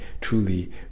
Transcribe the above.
truly